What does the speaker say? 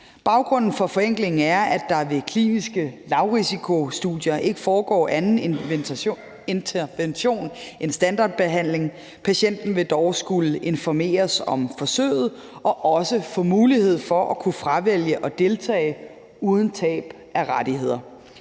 Baggrunden for forenklingen er, at der ved kliniske lavrisikostudier ikke foregår anden intervention end standardbehandling. Patienten vil dog skulle informeres om forsøget og også få mulighed for at fravælge at deltage uden tab af rettigheder.